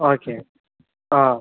okay ആ